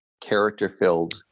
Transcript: character-filled